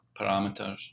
parameters